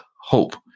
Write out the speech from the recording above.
hope